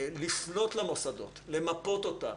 לפנות למוסדות, למפות אותם,